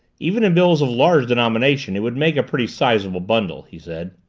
even in bills of large denomination it would make a pretty sizeable bundle, he said.